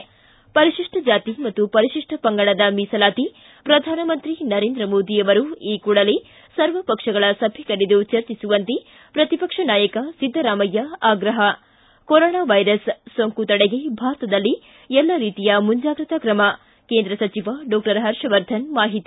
ಿ ಪರಿಶಿಷ್ಟ ಜಾತಿ ಮತ್ತು ಪರಿಶಿಷ್ಟ ಪಂಗಡದ ಮೀಸಲಾತಿ ಪ್ರಧಾನಮಂತ್ರಿ ನರೇಂದ್ರ ಮೋದಿ ಅವರು ಈ ಕೂಡಲೇ ಸರ್ವಪಕ್ಷಗಳ ಸಭೆ ಕರೆದು ಚರ್ಚಿಸುವಂತೆ ಪ್ರತಿಪಕ್ಷ ನಾಯಕ ಸಿದ್ದರಾಮಯ್ಯ ಆಗ್ರಹ ಿ ಕೊರೋನಾ ವೈರಸ್ ಸೋಂಕು ತಡೆಗೆ ಭಾರತದಲ್ಲಿ ಎಲ್ಲ ರೀತಿಯ ಮುಂಜಾಗ್ರತಾ ತ್ರಮ ಕೇಂದ್ರ ಸಚಿವ ಡಾಕ್ಷರ್ ಹರ್ಷವರ್ಧನ ಮಾಹಿತಿ